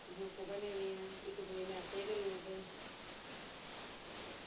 group बने दे इक्क दूए गी मैसेज़ करी ओड़दे